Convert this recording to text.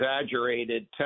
exaggerated